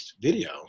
Video